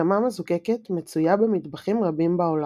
חמאה מזוקקת מצויה במטבחים רבים בעולם.